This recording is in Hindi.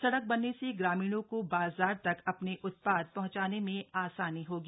सड़क बनने से ग्रामीणों को बाजार तक अपने उत्पाद पहुंचाने में आसानी होगी